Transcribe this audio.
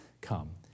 Come